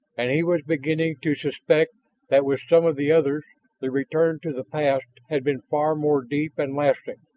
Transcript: and he was beginning to suspect that with some of the others the return to the past had been far more deep and lasting.